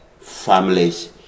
families